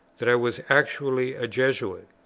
that i was actually a jesuit.